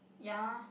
ya